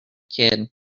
kid